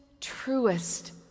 truest